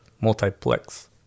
multiplex